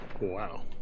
Wow